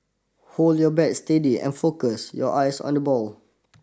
hold your bat steady and focus your eyes on the ball